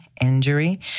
Injury